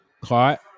Caught